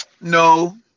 No